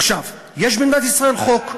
עכשיו, יש במדינת ישראל חוק,